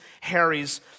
Harry's